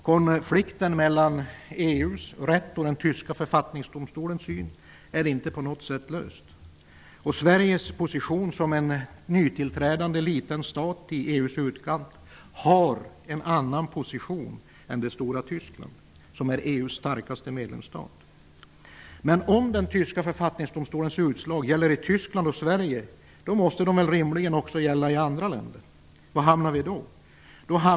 Konflikten mellan EU:s rätt och den tyska författningsdomstolens syn är inte på något sätt löst. Sveriges position som nytillträdande stat i EU:s utkant är en annan än det stora Men om den tyska författningsdomstolens utslag gäller i Tyskland och Sverige, måste de väl rimligtvis gälla också i andra länder? Var hamnar vi då?